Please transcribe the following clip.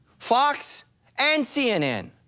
fox and cnn.